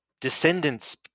descendants